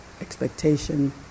expectation